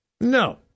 No